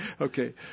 Okay